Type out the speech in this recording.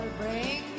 bring